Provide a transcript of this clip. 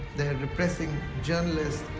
they're repressing journalists.